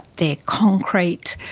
they are concrete,